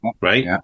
right